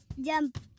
jump